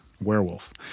werewolf